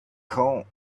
called